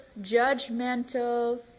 judgmental